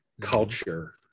culture